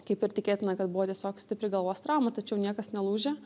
kaip ir tikėtina kad buvo tiesiog stipri galvos trauma tačiau niekas nelaužę